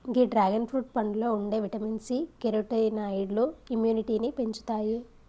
గీ dragon fruit పండులో ఉండే vitamin C, కెరోటినాయిడ్లు ఇమ్యునిటీని పెంచుతాయి